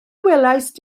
welaist